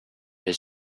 his